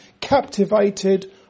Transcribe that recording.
captivated